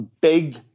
big